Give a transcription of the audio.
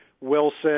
Wilson